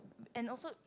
and also